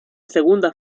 segunda